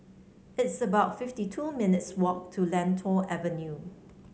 it's about fifty two minutes' walk to Lentor Avenue